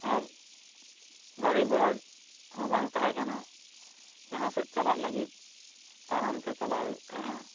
ᱟᱨ ᱜᱟᱹᱲᱤ ᱜᱷᱚᱲᱟ ᱦᱚᱸ ᱵᱟᱝ ᱛᱟᱦᱮᱸ ᱠᱟᱱᱟ ᱢᱟᱦᱟᱸ ᱥᱮᱫ ᱪᱟᱞᱟᱜ ᱞᱟᱹᱜᱤᱫ ᱛᱟᱲᱟᱢ ᱛᱮ ᱪᱟᱞᱟᱜ ᱦᱩᱭ ᱛᱟᱦᱮᱸᱜᱼᱟ